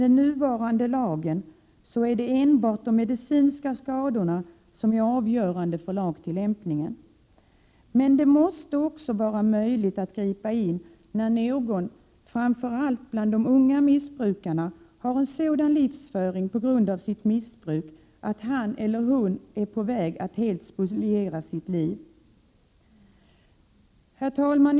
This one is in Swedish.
Enbart de medicinska skadorna är i dag avgörande för huruvida lagen kan tillämpas. Det måste emellertid också vara möjligt att ingripa i de fall då någon, framför allt en ung missbrukare, har en sådan livsföring på grund av sitt missbruk att han eller hon är på väg att helt spoliera sitt liv. Herr talman!